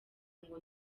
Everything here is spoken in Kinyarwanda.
ngo